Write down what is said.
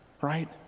Right